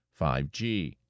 5G